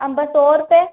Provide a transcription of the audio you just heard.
अंब सौ रुपय